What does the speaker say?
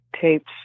tapes